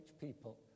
people